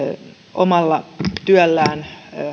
omalla työllään